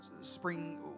spring